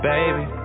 Baby